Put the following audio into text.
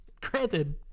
Granted